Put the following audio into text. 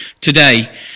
today